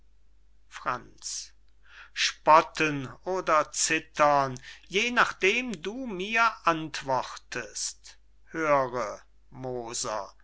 franz spotten oder zittern je nachdem du mir antwortest höre moser